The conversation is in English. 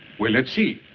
well let's see.